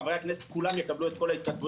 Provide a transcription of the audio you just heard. חברי הכנסת כולם יקבלו את כל ההתכתבויות.